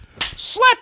Slap